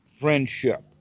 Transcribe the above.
Friendship